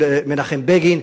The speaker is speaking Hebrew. של מנחם בגין,